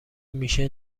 میشه